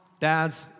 dads